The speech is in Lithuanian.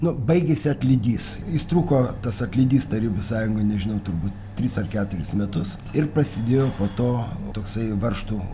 nu baigėsi atlydys jis truko tas atlydys tarybų sąjungoj nežinau turbūt tris ar keturis metus ir prasidėjo po to toksai varžtų